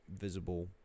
visible